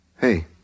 Hey